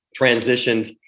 transitioned